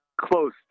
close